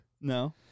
No